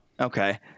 Okay